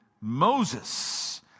Moses